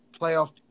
playoff